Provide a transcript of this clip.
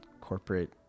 corporate